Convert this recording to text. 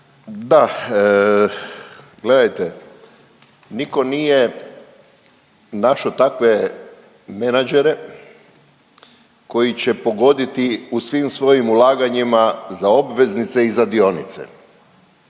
Da, gledajte nitko nije našao takve menadžere koji će pogoditi u svim svojim ulaganjima za obveznice i za dionice.